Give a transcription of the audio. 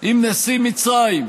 עם נשיא מצרים.